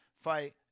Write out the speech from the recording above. fight